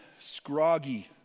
Scroggy